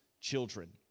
children